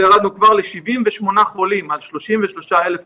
וירדנו כבר ל-78 חולים על 33,000 תושבים.